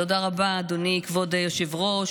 תודה רבה, אדוני כבוד היושב-ראש.